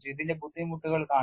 ഇതിന്റെ ബുദ്ധിമുട്ടുകൾ കാണുക